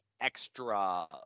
extra